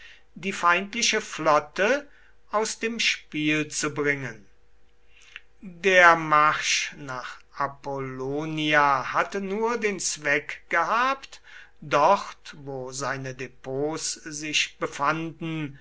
die feindliche flotte aus dem spiel zu bringen der marsch nach apollonia hatte nur den zweck gehabt dort wo seine depots sich befanden